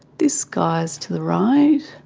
this guy is to the right,